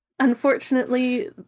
Unfortunately